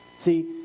See